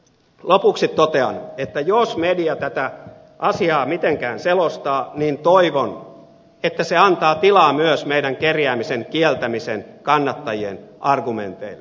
lopuksi totean että jos media tätä asiaa mitenkään selostaa niin toivon että se antaa tilaa myös meidän kerjäämisen kieltämisen kannattajien argumenteillemme